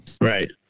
Right